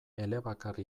elebakar